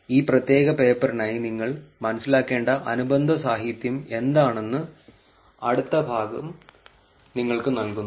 ഈ പ്രത്യേക പേപ്പറിനായി നിങ്ങൾ മനസ്സിലാക്കേണ്ട അനുബന്ധ സാഹിത്യം എന്താണെന്ന് അടുത്ത ഭാഗം നിങ്ങൾക്ക് നൽകുന്നു